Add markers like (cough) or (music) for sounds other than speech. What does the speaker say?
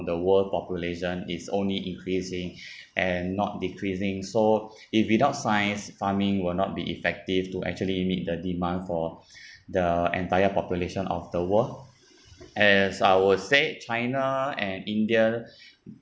the world population is only increasing (breath) and not decreasing so (breath) if without science farming will not be effective to actually meet the demand for (breath) the entire population of the world as I would say china and india (breath)